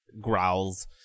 growls